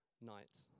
night